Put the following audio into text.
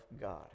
God